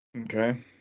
Okay